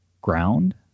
ground